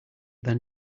than